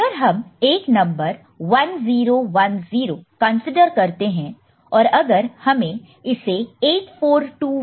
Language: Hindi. अगर हम एक नंबर 1010 कंसीडर करते हैं और अगर हमें इसे 8421 कोड के हिसाब से उसका वेट जानना है तो इस 1 के लिए 8 आएगा और इस 1 के लिए 2 आएगा